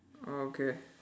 oh okay